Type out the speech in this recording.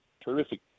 terrific